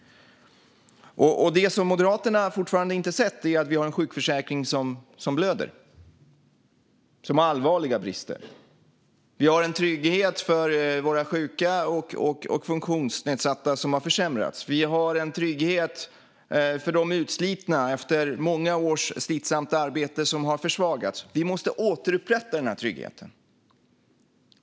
Det som Moderaterna fortfarande inte har sett är att vi har en sjukförsäkring som blöder och har allvarliga brister. Tryggheten för våra sjuka och funktionsnedsatta har försämrats. Trygghet för dem som slitit ut sig efter många års slitsamt arbete har försvagats. Vi måste återupprätta den här tryggheten.